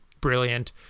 brilliant